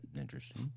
Interesting